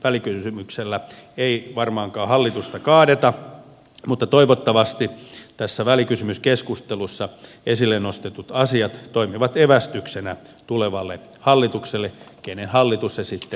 välikysymyksellä ei varmaankaan hallitusta kaadeta mutta toivottavasti tässä välikysymyskeskustelussa esille nostetut asiat toimivat evästyksenä tulevalle hallitukselle kenen hallitus se sitten lieneekin